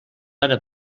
ara